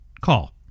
call